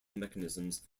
mechanisms